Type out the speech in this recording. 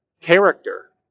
character